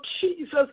Jesus